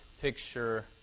picture